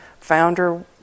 founder